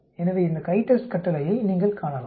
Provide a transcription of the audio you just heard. எனவே இந்த CHI TEST கட்டளையை நீங்கள் காணலாம்